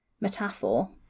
metaphor